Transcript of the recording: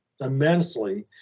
immensely